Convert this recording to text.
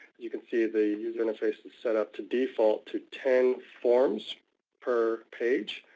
you can see the and user interface is set up to default to ten forms per page.